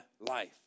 life